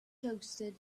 toasted